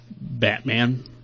Batman